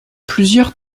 plusieurs